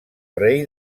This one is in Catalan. rei